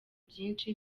byinshi